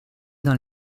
dans